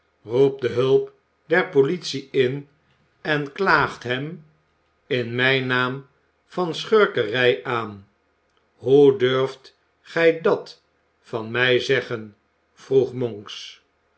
roept de hulp der politie in en klaagt hem in mijn naam van schurkerij aan hoe durft gij dat van mij zeggen vroeg monks